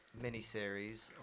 mini-series